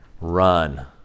run